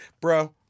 bro